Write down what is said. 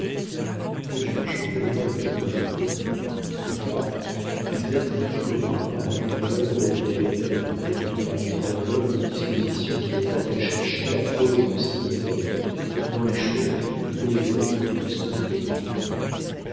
les jeunes gens ne voient que les beaux jours plus tard ils attribuent au mariage les malheurs de la vie elle-même car il est en l'homme une disposition qui le porte à chercher la cause de ses misères dans les choses ou les êtres qui lui sont immédiats